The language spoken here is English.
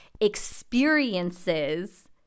experiences